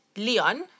Leon